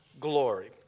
glory